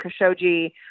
Khashoggi